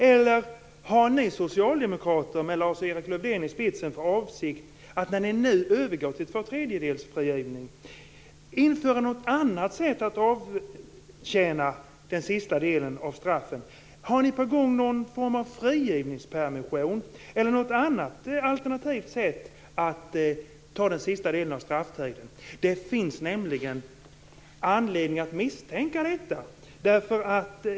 Eller har ni socialdemokrater, med Lars-Erik Lövdén i spetsen, när ni nu övergår till två tredjedelsfrigivning för avsikt att införa något annat sätt att avtjäna den sista delen av straffet? Har ni på gång någon form av frigivningspermission eller något annat alternativt sätt att avtjäna den sista delen av strafftiden? Det finns anledning att misstänka detta.